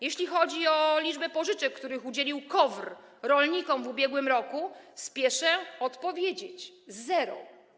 Jeśli chodzi o liczbę pożyczek, których udzielił KOWR rolnikom w ubiegłym roku, to spieszę z odpowiedzią: zero.